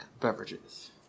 beverages